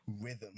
rhythm